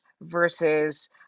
versus